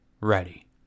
ready